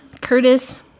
Curtis